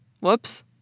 Whoops